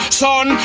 son